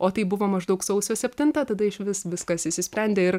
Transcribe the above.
o tai buvo maždaug sausio septinta tada išvis viskas išsisprendė ir